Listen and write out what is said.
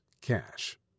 cash